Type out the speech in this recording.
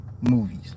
movies